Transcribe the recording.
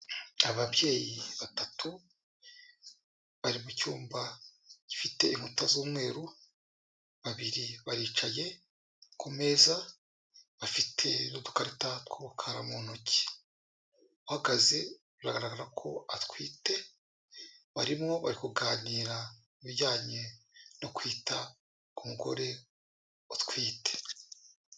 Ababyeyi batatu bari mu cyumba gifite inkuta z'umweru, babiri baricaye, ku meza bafite udukarita tw'umukara mu ntoki, uhagaze biragaragara ko atwite, barimo bari kuganira ku bijyanye no kwita ku mugore utwite.